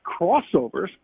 crossovers